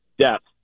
depth